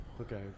Okay